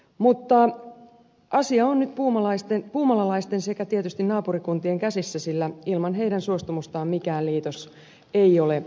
mutta asia on nyt puumalalaisten sekä tietysti naapurikuntien käsissä sillä ilman heidän suostumustaan mikään liitos ei ole mahdollinen